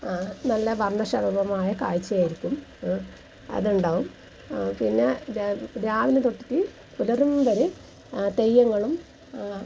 നല്ല വർണ്ണശബളമായ കാഴ്ചയായിരിക്കും അതുണ്ടാകും പിന്നെ രാവിലെ തൊട്ടിട്ട് പുലരും വരെ തെയ്യങ്ങളും